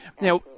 Now